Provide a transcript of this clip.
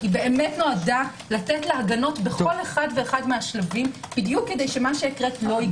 היא נועדה לתת לה הגנות בכל שלב כדי שמה שהקראת לא יקרה.